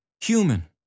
human